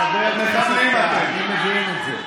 חבר הכנסת טאהא, אני מבין את זה.